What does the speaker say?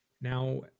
Now